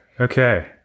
Okay